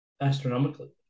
astronomically